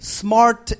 smart